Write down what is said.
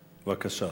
בבקשה.